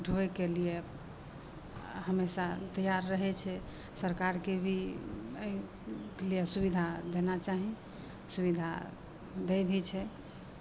उठबैके लिए हमेशा तैआर रहै छै सरकारके भी एहि लिए सुविधा देना चाही सुविधा दै भी छै